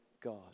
God